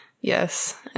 Yes